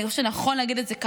אני חושבת שנכון להגיד את זה כאן,